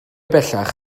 bellach